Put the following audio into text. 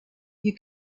you